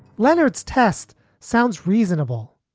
leonard's test sounds reasonable,